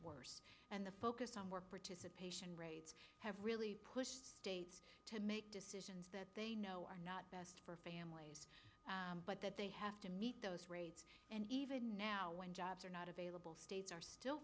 worse and the focus on more participation rates have really pushed states to make decisions that they know are not best for families but that they have to meet those rates and even now when jobs are not available states are still